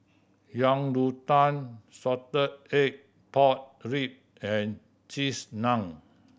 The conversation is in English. Yang Rou Tang salted egg pork ribs and Cheese Naan